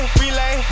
relay